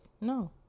no